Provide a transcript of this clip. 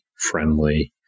friendly